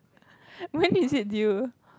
when is it due